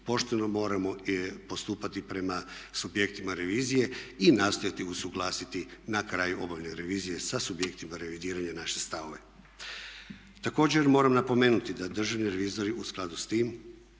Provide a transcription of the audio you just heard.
Pošteno moramo postupati prema subjektima revizije i nastojati usuglasiti na kraju obavljene revizije sa subjektima revidiranja naše stavove. Također, moram napomenuti da državni revizori u skladu s tim